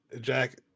Jack